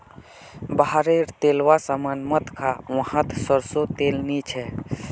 बाहर रे तेलावा सामान मत खा वाहत सरसों तेल नी छे